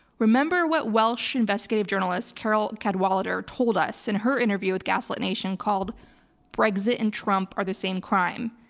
remember what welsh investigative journalist, carole cadwalladr told us in her interview with gaslit nation called brexit and trump are the same crime.